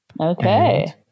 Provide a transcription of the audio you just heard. Okay